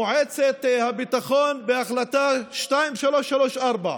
מועצת הביטחון, בהחלטה 2334,